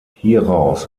hieraus